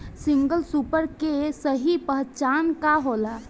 Single super के सही पहचान का होला?